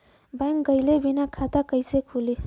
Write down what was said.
Bank गइले बिना खाता कईसे खुली?